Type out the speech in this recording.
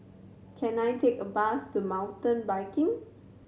can I take a bus to Mountain Biking